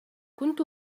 كنت